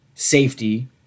safety